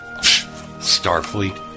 Starfleet